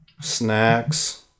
Snacks